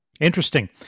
Interesting